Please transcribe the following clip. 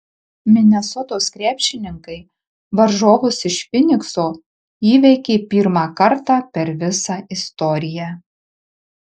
minesotos krepšininkai varžovus iš fynikso įveikė pirmą kartą per visą istoriją